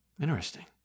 Interesting